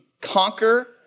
conquer